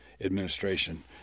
administration